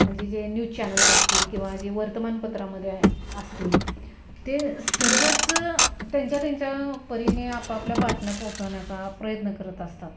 म्हणजे जे news channels असतील किंवा जे वर्तमानपत्रामध्ये असतील ते सर्वच त्यांच्या त्यांच्यापरीने आपापल्या बातम्या पोहोचवण्याचा प्रयत्न करत असतात